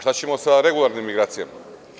Šta ćemo sa regularnim migracijama?